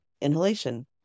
inhalation